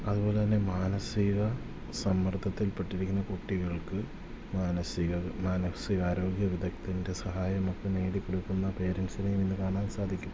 അതുപോലെതന്നെ മാനസിക സമ്മർദ്ദത്തിൽ പെട്ടിരിക്കുന്ന കുട്ടികൾക്ക് മാനസിക മാനസിക ആരോഗ്യ വിദഗദ്ധൻ്റെ സഹായമൊക്കെ നേടി കൊടുക്കുന്ന പേരെൻറ്റ്സിനെയും ഇന്ന് കാണാൻ സാധിക്കും